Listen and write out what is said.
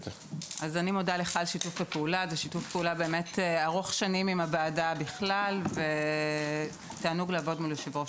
אתמול נודע לנו על מקרה נוסף של ילד בן 13 משגב שלום